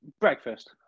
breakfast